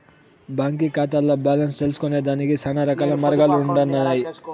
బాంకీ కాతాల్ల బాలెన్స్ తెల్సుకొనేదానికి శానారకాల మార్గాలుండన్నాయి